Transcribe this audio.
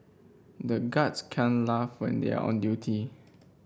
the guards can't laugh when they are on duty